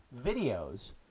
videos